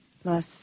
Plus